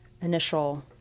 initial